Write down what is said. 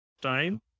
time